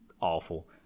awful